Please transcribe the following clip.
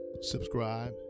subscribe